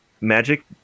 magic